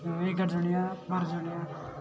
ଏଗାର ଜଣିଆ ବାର ଜଣିଆ